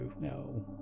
No